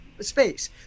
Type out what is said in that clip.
space